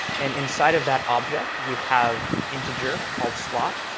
and inside of that object, we have an integer, called slot,